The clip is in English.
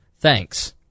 Thanks